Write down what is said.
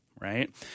right